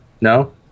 No